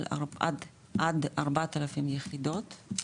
על עד 4,000 יחידות,